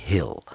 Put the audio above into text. Hill